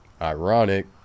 ironic